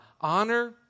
honor